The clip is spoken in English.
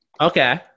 Okay